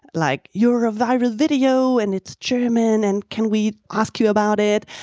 like, you're a viral video and its german. and can we ask you about it?